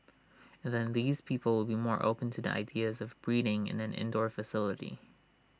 and then these people will be more open to the ideas of breeding in an indoor facility